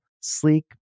sleek